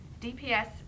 DPS